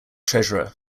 treasurer